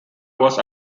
was